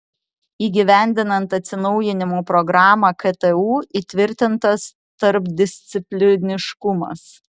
įgyvendinant atsinaujinimo programą ktu įtvirtintas tarpdiscipliniškumas